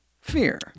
Fear